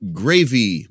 gravy